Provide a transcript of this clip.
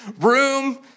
room